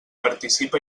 participa